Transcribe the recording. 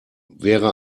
wäre